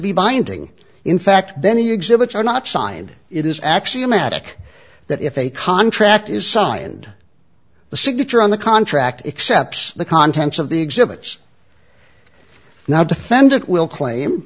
be binding in fact benny exhibits are not signed it is axiomatic that if a contract is signed the signature on the contract accepts the contents of the exhibits now defendant will claim